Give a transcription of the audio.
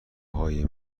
های